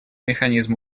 механизм